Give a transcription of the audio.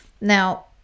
Now